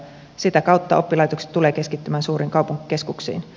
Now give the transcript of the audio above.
sitä kautta oppilaitokset tulevat keskittymään suuriin kaupunkikeskuksiin